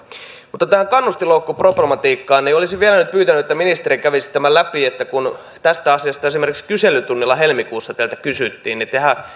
mutta tähän kannustinloukkuproblematiikkaan olisin vielä nyt pyytänyt että ministeri kävisi tämän läpi sillä kun tästä asiasta esimerkiksi kyselytunnilla helmikuussa teiltä kysyttiin niin tehän